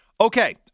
Okay